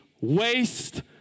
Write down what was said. waste